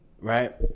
right